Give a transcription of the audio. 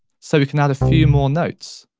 so we can add a few more notes.